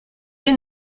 est